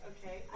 Okay